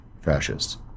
fascists